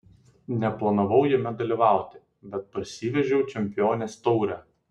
neplanavau jame dalyvauti bet parsivežiau čempionės taurę